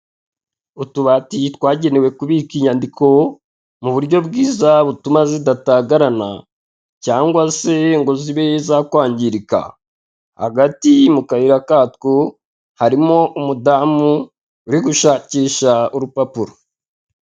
Utubati twagenewe kubika inyandiko mu buryo bwiza butuma zidatagarana cyangwa se ngo zibe zakwangirika, hagati mu kayira katwo harimo umudamu uri gushakisha urupapuro.